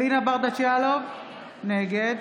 אלינה ברדץ' יאלוב, נגד